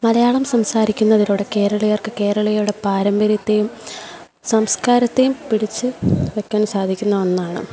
മലയാളം സംസാരിക്കുന്നതിലൂടെ കേരളീയർക്ക് കേരളിയരുടെ പാരമ്പര്യത്തേയും സംസ്കാരത്തേയും പിടിച്ച് വെക്കാൻ സാധിക്കുന്ന ഒന്നാണ്